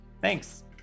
Thanks